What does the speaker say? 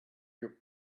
your